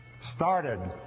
started